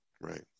right